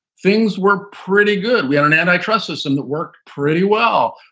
things were pretty good. we had an antitrust system that worked pretty well.